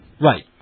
Right